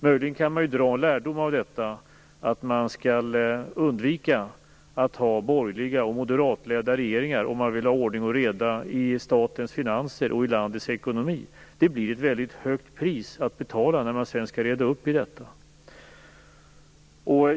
Möjligen kan man dra lärdom av detta. Man skall undvika att ha borgerliga och moderatledda regeringar om man vill ha ordning och reda i statens finanser och i landets ekonomi. Det blir ett mycket högt pris att betala när man skall reda upp situationen.